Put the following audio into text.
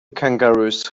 kangaroos